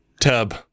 Tub